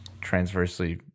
transversely